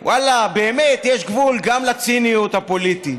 ואללה, באמת יש גבול גם לציניות הפוליטית.